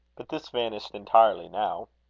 but this vanished entirely now.